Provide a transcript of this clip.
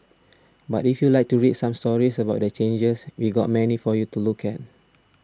but if you'd like to read some stories about the changes we've got many for you to look at